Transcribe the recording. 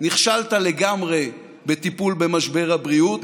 נכשלת לגמרי בטיפול במשבר הבריאות,